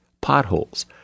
potholes